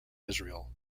israel